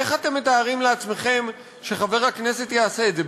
איך אתם מתארים לעצמכם שחבר הכנסת יעשה את זה,